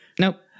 nope